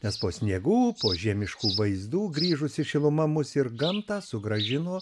nes po sniegų po žiemiškų vaizdų grįžusi šiluma mus ir gamtą sugrąžino